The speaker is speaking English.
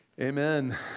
Amen